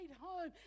home